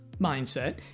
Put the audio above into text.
Mindset